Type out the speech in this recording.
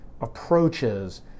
approaches